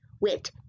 wit